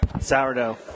Sourdough